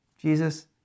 Jesus